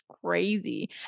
crazy